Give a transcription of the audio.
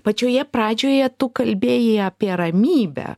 pačioje pradžioje tu kalbėjai apie ramybę